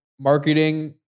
marketing